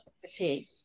fatigue